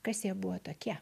kas jie buvo tokie